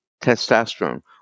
testosterone